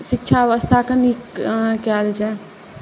शिक्षा व्यवस्थाकेँ नीक कयल जाए